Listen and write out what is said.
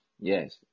Yes